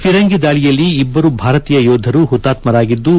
ಪಿರಿಂಗಿ ದಾಳಿಯಲ್ಲಿ ಇಬ್ಲರು ಭಾರತೀಯ ಯೋಧರು ಪುತಾತ್ನರಾಗಿದ್ಲು